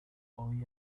hoy